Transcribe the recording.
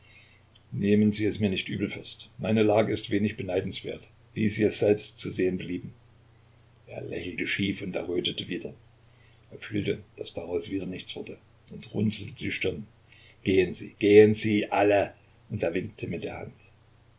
nehmen sie es mir nicht übel fürst meine lage ist wenig beneidenswert wie sie es selbst zu sehen belieben er lächelte schief und errötete wieder er fühlte daß daraus wieder nichts wurde und runzelte die stirn gehen sie gehen sie alle und er winkte mit der hand